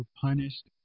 punished